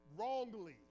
wrongly